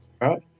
Right